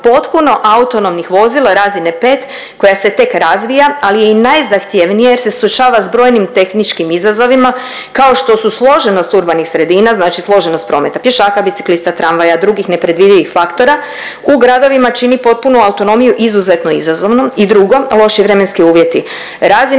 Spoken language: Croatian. potpuno autonomnih vozila razine 5 koja se tek razvija, ali je i najzahtjevnija jer se suočava s brojnim tehničkim izazovima kao što su složenost urbanih sredina, znači složenost prometa, pješaka, biciklista, tramvaja i drugih nepredvidivih faktora, u gradovima čini potpunu autonomiju izuzetno izazovnom i drugo, loši vremenski uvjeti, razina 5